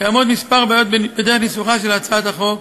קיימות כמה בעיות בדרך ניסוחה של הצעת החוק.